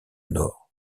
nord